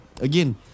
again